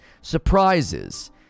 surprises